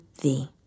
thee